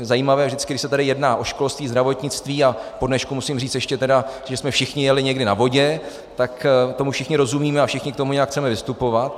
Zajímavé, vždycky když se tady jedná o školství, zdravotnictví a po dnešku musím říct ještě tedy, že jsme všichni jeli někdy na vodě, tak tomu všichni rozumíme a všichni k tomu nějak chceme vystupovat.